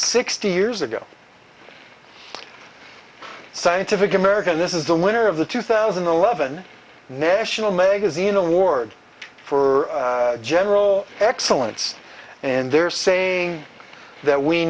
sixty years ago scientific american this is the winner of the two thousand and eleven national magazine award for general excellence and they're saying that we